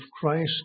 Christ